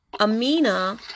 Amina